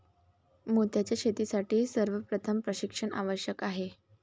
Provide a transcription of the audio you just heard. मोत्यांच्या शेतीसाठी सर्वप्रथम प्रशिक्षण आवश्यक आहे